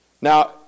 Now